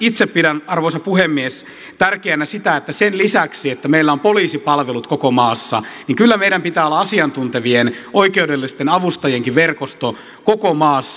itse pidän arvoisa puhemies tärkeänä sitä että sen lisäksi että meillä on poliisipalvelut koko maassa kyllä meillä pitää olla asiantuntevien oikeudellisten avustajienkin verkosto koko maassa